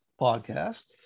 podcast